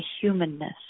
humanness